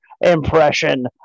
impression